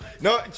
No